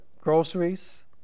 Groceries